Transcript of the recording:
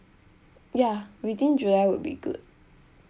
ya within july would be good